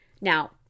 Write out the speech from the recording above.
Now